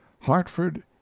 Hartford